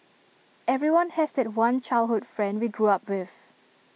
everyone has that one childhood friend we grew up with